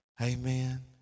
Amen